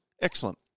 Excellent